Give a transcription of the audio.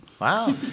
Wow